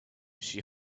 she